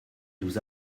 nous